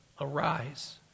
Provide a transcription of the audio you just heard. Arise